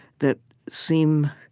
that seem,